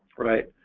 right